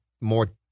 more